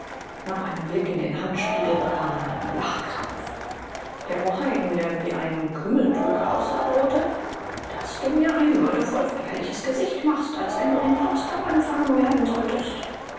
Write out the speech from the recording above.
nach einem blick in den handspiegel bekam er einen lachkrampf der oheim der wie ein kümmeltürke aussah drohte daß du mir ein würdevoll feierliches gesicht machst als wenn du in potsdam empfangen werden solltest